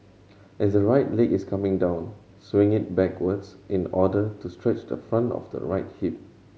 as the right leg is coming down swing it backwards in order to stretch the front of the right hip